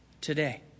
today